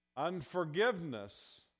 Unforgiveness